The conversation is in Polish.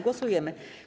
Głosujemy.